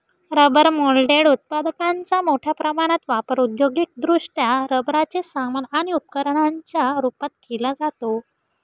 rubber moulded उत्पादकांचा मोठ्या प्रमाणात वापर औद्योगिकदृष्ट्या रबराचे सामान आणि उपकरणांच्या रूपात केला जातो